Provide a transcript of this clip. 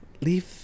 leave